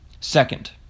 Second